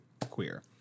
queer